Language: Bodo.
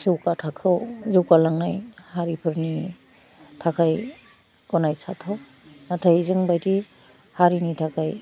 जौगा थाखोयाव जौगालांनाय हारिफोरनि थाखाइ गनाइजाथाव नाथाइ जोंंबायदि हारिनि थाखाइ